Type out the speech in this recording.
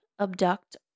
abduct